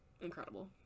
Incredible